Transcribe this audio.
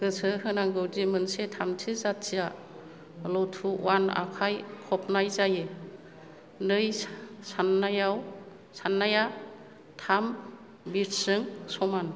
गोसो होनांगौ दि मोनसे थामथि जातिया लथु अवान आखाइ खबनाय जायो नै सान्नायाव साननाया थाम बिथ्सजों समान